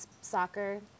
soccer